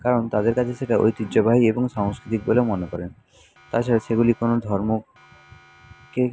কারণ তাদের কাছে সেটা ঐতিহ্যবাহী এবং সাংস্কৃতিক বলে মনে করেন তাছাড়া সেগুলি কোনো ধর্মকে